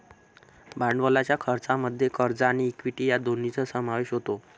भांडवलाच्या खर्चामध्ये कर्ज आणि इक्विटी या दोन्हींचा समावेश होतो